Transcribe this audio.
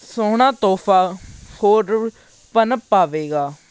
ਸੋਹਣਾ ਤੋਹਫਾ ਹੋਰ ਪਨ ਪਾਵੇਗਾ